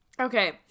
Okay